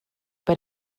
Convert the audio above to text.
but